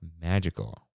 magical